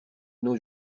nos